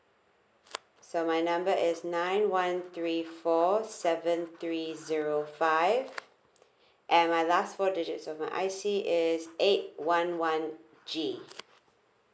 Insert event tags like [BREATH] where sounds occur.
so my number is nine one three four seven three zero five [BREATH] and my last four digits of my I_C is eight one one G